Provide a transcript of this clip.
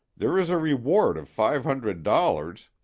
there is a reward of five hundred dollars,